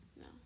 No